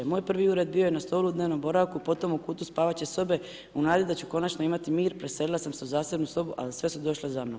Moj prvi ured bio je na stolu u dnevnom boravku, potom u kutu spavaće sobe u nadi da ću konačno imati mir, preselila sam se u zasebnu sobu, ali sve su došle za mnom.